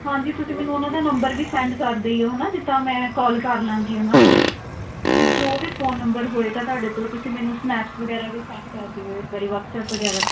ਹਾਂਜੀ ਤੁਸੀਂ ਮੈਨੂੰ ਉਹਨਾਂ ਦਾ ਨੰਬਰ ਵੀ ਸੈਂਡ ਕਰ ਦਿਓ ਹੈ ਨਾ ਜਿੱਦਾਂ ਮੈਂ ਕਾਲ ਕਰ ਲਵਾਂਗੀ ਉਹਨਾਂ ਨੂੰ ਜੋ ਵੀ ਫੋਨ ਨੰਬਰ ਹੋਏਗਾ ਤੁਹਾਡੇ ਤੋਂ ਤੁਸੀਂ ਮੈਨੂੰ ਸਨੈਪਸ ਵਗੈਰਾ ਵੀ ਸੈਂਡ ਕਰ ਦਿਓ ਇੱਕ ਵਾਰ ਵਟਸਅਪ ਵਗੈਰਾ